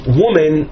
woman